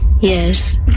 Yes